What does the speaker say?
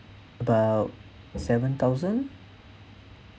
about seven thousand